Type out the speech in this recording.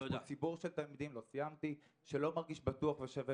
ציבור של תלמידים שלא מרגיש בטוח ושווה